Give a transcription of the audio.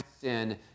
sin